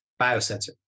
biosensor